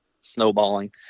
snowballing